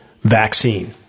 vaccine